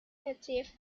native